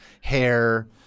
Hair